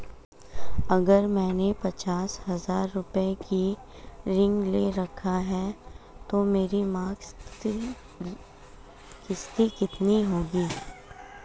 अगर मैंने पचास हज़ार रूपये का ऋण ले रखा है तो मेरी मासिक किश्त कितनी होगी?